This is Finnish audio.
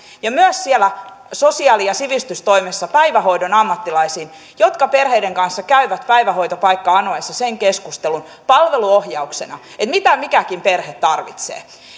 ja myös siellä sosiaali ja sivistystoimessa päivähoidon ammattilaisiin jotka perheiden kanssa käyvät päivähoitopaikkaa anottaessa palveluohjauksena keskustelun siitä mitä mikäkin perhe tarvitsee